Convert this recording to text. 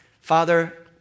Father